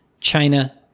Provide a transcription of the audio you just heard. China